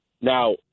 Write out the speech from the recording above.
Now